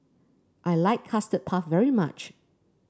I like Custard Puff very much